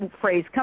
phrase